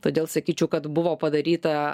todėl sakyčiau kad buvo padaryta